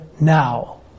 now